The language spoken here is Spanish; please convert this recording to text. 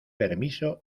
permiso